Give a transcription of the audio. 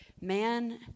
man